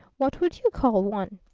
what would you call one?